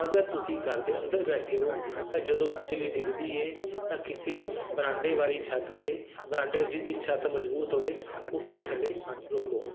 ਅਗਰ ਤੁਸੀਂ ਘਰ ਦੇ ਅੰਦਰ ਬੈਠੇ ਹੋ ਤਾਂ ਜਦੋਂ ਬਿਜਲੀ ਡਿੱਗਦੀ ਹੈ ਤਾਂ ਕਿਸੇ ਵਰਾਂਡੇ ਵਾਰੀ ਛੱਤ 'ਤੇ ਵਰਾਂਡੇ ਜਿਹਦੀ ਛੱਤ ਮਜਬੂਤ ਹੋਵੇ ਉੱਥੇ ਥੱਲੇ ਰੁਕੋ